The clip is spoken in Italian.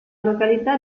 località